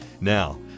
Now